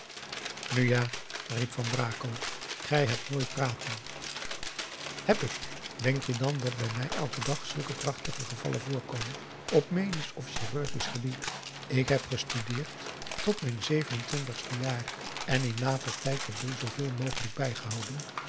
nu ja riep van brakel gij hebt mooi praten heb ik denk je dan dat bij mij elken dag zulke prachtige gevallen voorkomen op medisch of chirurgisch gebied ik heb gestudeerd tot mijn zeven en twintigste jaar en in p a daum de van der lindens c s onder ps maurits later tijd den boel zooveel mogelijk bijgehouden